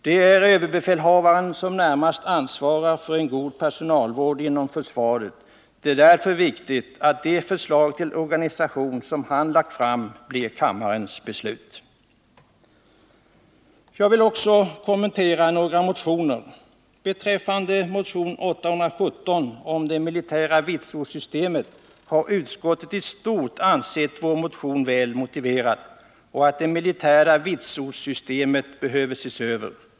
Det är ÖB som närmast ansvarar för en god personalvård inom försvaret, och det är därför viktigt att det förslag till organisation som han har lagt fram blir kammarens beslut. Jag vill också kommentera några motioner. Beträffande motion 817 om det militära vitsordssystemet är att säga att utskottet i stort sett har ansett att vår motion är väl motiverad och att det militära vitsordssystemet behöver ses över.